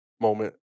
moment